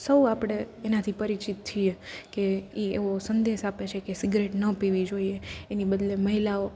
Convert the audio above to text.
સૌ આપણે એનાથી પરિચિત છીએ કે ઈ એવો સંદેશ આપે છે કે સીગરેટ ન પીવી જોઈએ એની બદલે મહિલાઓ